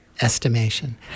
estimation